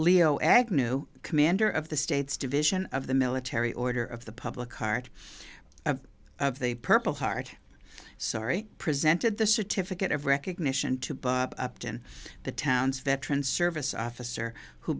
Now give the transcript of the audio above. leo agnew commander of the state's division of the military order of the public heart of the purple heart sorry presented the certificate of recognition to the town's veteran service officer who